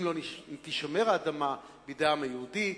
אם לא תישמר האדמה בידי העם היהודי,